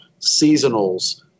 seasonals